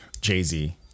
Jay-Z